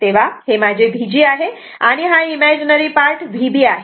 तेव्हा हे माझे Vg आहे आणि हा इमेजनरी पार्ट Vb आहे